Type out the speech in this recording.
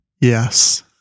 Yes